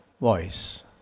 voice